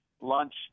lunch